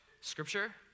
scripture